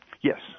Yes